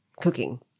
cooking